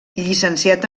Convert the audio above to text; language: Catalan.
llicenciat